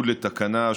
תודה רבה,